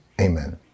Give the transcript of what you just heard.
amen